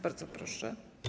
Bardzo proszę.